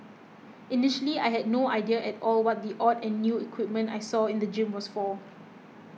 initially I had no idea at all what the odd and new equipment I saw in the gym was for